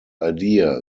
idea